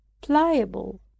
pliable